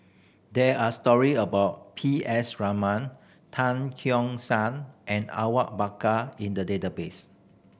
there are story about P S Raman Tan Keong Saik and Awang Bakar in the database